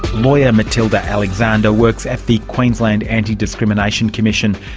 lawyer matilda alexander works at the queensland antidiscrimination commission.